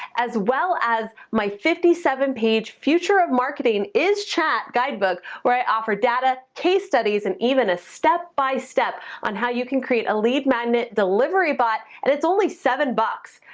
as well as my fifty seven page future of marketing is chat guidebook, where i offer data, case studies, and even a step by step, on how you can create a lead magnet delivery bot, and it's only seven bucks.